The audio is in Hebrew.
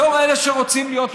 בתור אלה שרוצים להיות,